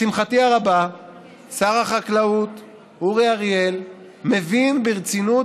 לשמחתי הרבה שר החקלאות אורי אריאל מבין ברצינות,